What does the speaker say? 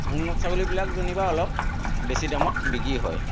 উন্নত ছাগলীবিলাক যেনিবা অলপ বেছি দামত বিকি হয়